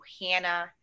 Hannah